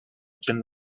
been